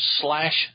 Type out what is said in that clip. slash